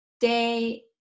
day